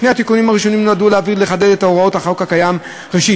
שני התיקונים הראשונים נועדו להבהיר ולחדד את הוראות החוק הקיים: ראשית,